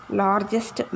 largest